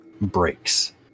breaks